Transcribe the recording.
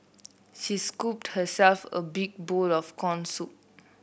she scooped herself a big bowl of corn soup